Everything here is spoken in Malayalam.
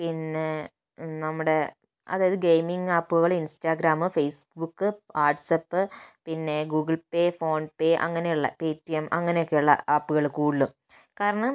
പിന്നെ നമ്മുടെ അതായത് ഗെയിമിംഗ് ആപ്പുകൾ ഇൻസ്റ്റാഗ്രാം ഫേസ്ബുക്ക് വാട്സ്ആപ്പ് പിന്നെ ഗൂഗിൾ പേ ഫോൺപേ അങ്ങനെയുള്ള പെറ്റിഎം അങ്ങനെയൊക്കെ ഉള്ള ആപ്പുകൾ കൂടുതലും കാരണം